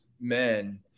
men